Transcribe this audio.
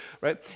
right